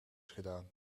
gedaan